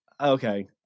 okay